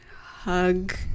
hug